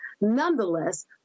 Nonetheless